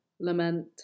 lament